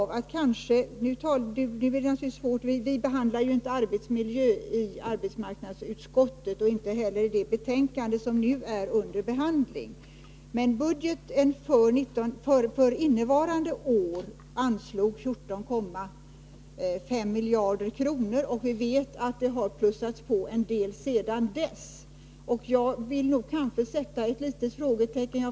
Vi behandlar inte arbetsmiljöfrågor i arbetsmarknadsutskottet, och inte heller tas de upp i det betänkande som nu är under behandling, men i budgeten för innevarande år anslås 14,5 miljarder kronor för arbetsmarknadspolitiska åtgärder. Vi vet att det har plussats på en hel del sedan dess. Jag vill sätta ett litet frågetecken där.